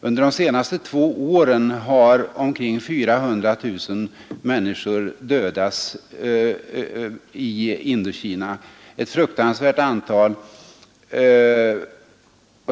Under de senaste två åren har omkring 400 000 människor dödats i Indokina — ett fruktansvärt antal.